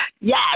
Yes